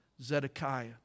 Zedekiah